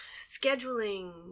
scheduling